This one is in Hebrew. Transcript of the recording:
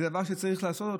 זה דבר שצריך לעשות.